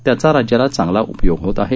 त्याचा राज्याला चांगला उपयोग होत आहे